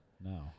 no